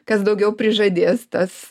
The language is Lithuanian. kas daugiau prižadės tas